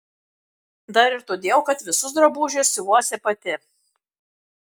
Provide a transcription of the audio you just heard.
dar ir todėl kad visus drabužius siuvuosi pati